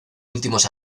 últimos